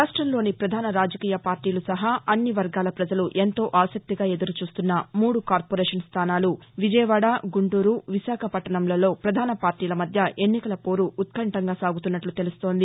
రాష్ట్రంలోని ప్రధాన రాజకీయ పార్టీలు సహా అన్ని వర్గాల ప్రజలు ఎంతో ఆసక్తిగా ఎదురు చూస్తున్న మూడు కార్పొరేషన్ స్టానాలు విజయవాడ గుంటూరు విశాఖపట్టణంలలో పధాన పార్టీల మధ్య ఎన్నికల పోరు ఉత్కంఠగా సాగుతున్నట్లు తెలుస్తోంది